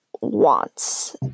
wants